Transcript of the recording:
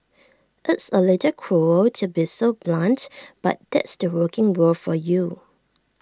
it's A little cruel to be so blunt but that's the working world for you